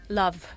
love